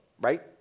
right